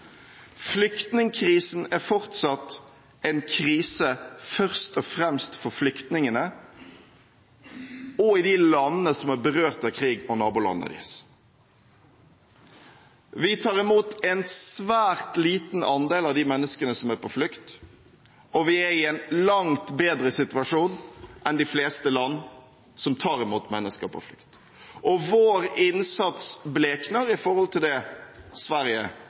Flyktningkrisen er fortsatt en krise først og fremst for flyktningene og de landene som er berørt av krig, og nabolandene deres. Vi tar imot en svært liten andel av de menneskene som er på flukt, og vi er i en langt bedre situasjon enn de fleste land som tar imot mennesker på flukt. Vår innsats blekner i forhold til det som Sverige